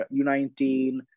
U19